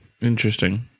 Interesting